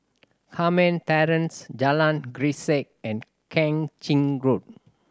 Carmen Terrace Jalan Grisek and Kang Ching Road